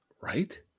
Right